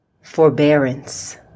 forbearance